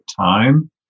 time